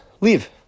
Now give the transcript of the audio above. Leave